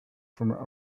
from